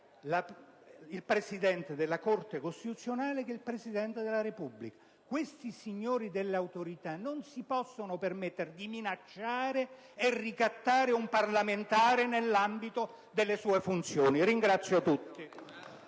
il Presidente della Corte costituzionale, sia il Presidente della Repubblica. Questi signori delle Autorità non possono permettersi di minacciare e ricattare un parlamentare nell'ambito delle sue funzioni. *(Applausi